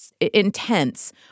intense